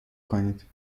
کنید